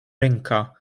ręka